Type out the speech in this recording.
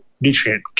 nutrient